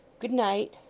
Good-night